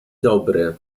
dobry